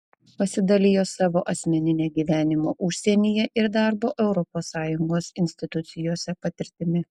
pasidalijo savo asmenine gyvenimo užsienyje ir darbo europos sąjungos institucijose patirtimi